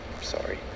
Sorry